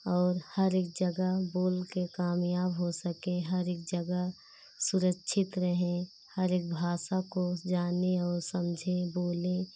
और हर एक जगह बोल के कामयाब हो सकें हर एक जगह सुरक्षित रहें हर एक भाषा को उस जानें वह समझें बोलें